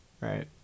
right